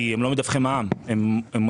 כי הם לא מדווחים למע"מ, הם מלכ"רים.